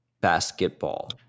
basketball